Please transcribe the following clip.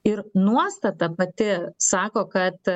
ir nuostata pati sako kad